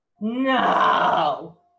No